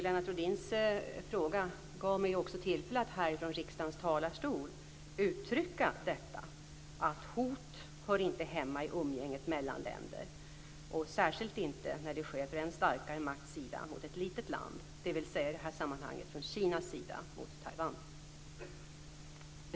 Lennart Rohdins fråga gav mig tillfälle att här från riksdagens talarstol uttrycka detta, att hot inte hör hemma i umgänget mellan länder, särskilt inte när det sker från en starkare stats sida mot ett litet land, dvs. i det här sammanhanget från Kinas sida mot Island.